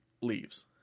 leaves